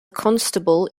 constable